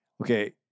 Okay